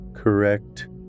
correct